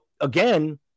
again